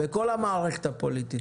בכל המערכת הפוליטית.